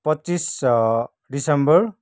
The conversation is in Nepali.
पच्चिस डिसम्बर